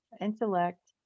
intellect